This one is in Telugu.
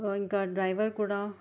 ఇంకా డ్రైవర్ కూడా